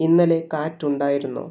ഇന്നലെ കാറ്റുണ്ടായിരുന്നോ